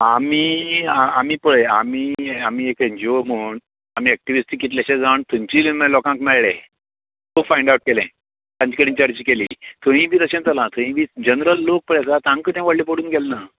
आमी आमी पळय आमी एक एन जी ओ म्हूण आमी एक्टीविस्ट म्हूण थंयच्या कितल्याश्याच जाणां मेळ्ळें खूब फायंड आवट केलें तेंचे कडेन चर्चा शी केली थंयी बी तशेंच जालां थंयी बी जनरल लोक पळय आसा तांकां तें व्हडलें पडून गेल्लें ना